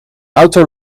auto